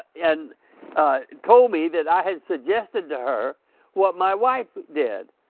and told me that i had suggested to her what my wife did.